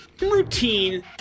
routine